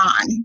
on